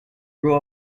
grew